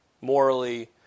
Morally